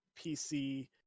pc